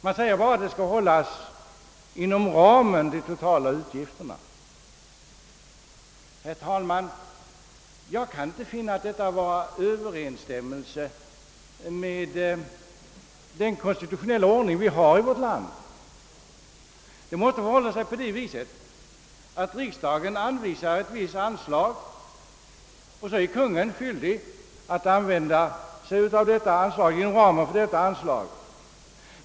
Man säger bara att höjningen av anslaget skall utgå inom försvarets kostnadsram. Herr talman! Jag kan inte finna att detta står i överensstämmelse med den konstitutionella ordning vi har i vårt land. Det måste gå till så, att riksdagen anvisar ett visst anslag och att Kungl. Maj:t är skyldig att hålla sig inom ramen för detta anslag.